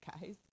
guys